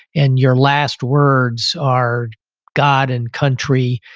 and your last words are god and country,